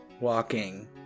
walking